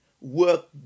Work